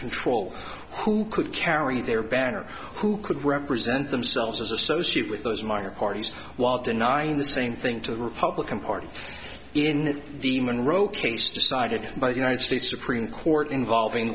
control who could carry their banner who could represent themselves as associate with those minor parties while denying the same thing to the republican party in the monroe case decided by the united states supreme court involving